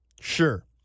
Sure